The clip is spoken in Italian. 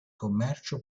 commercio